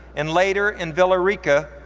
and later in billerica,